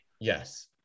Yes